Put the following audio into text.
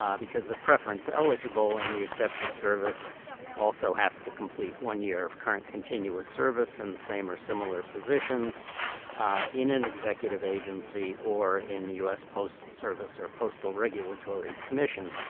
um because a preference eligible in the excepted service also has to complete one year of current continuous service in the same or similar positions in an executive agency, or in the us postal service or postal regulatory commission.